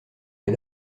des